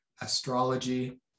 astrology